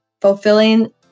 fulfilling